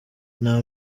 nta